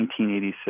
1986